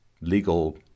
legal